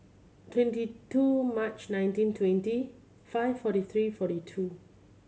twenty two March nineteen twenty five forty three forty two